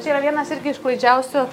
čia yra vienas irgi iš klaidžiausių